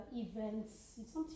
events